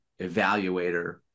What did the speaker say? evaluator